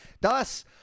Thus